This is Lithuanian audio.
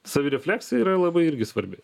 savirefleksija yra labai irgi svarbi